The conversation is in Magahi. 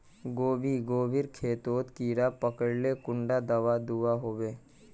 गोभी गोभिर खेतोत कीड़ा पकरिले कुंडा दाबा दुआहोबे?